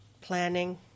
planning